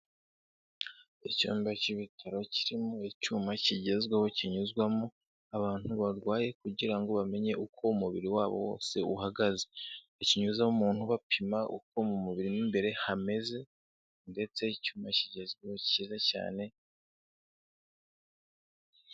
Icyumba cy'ibitaro kirimo icyuma kigezweho kinyuzwamo abantu barwaye kugira ngo bamenye uko umubiri wabo wose uhagaze. Bakinyuzamo umuntu bapima uko mu mubiri mo imbere hameze ndetse icyuma kigezweho cyiza cyane...